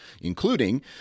including